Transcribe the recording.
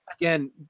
Again